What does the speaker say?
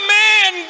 man